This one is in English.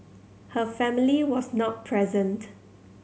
her family was not present